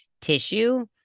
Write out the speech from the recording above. tissue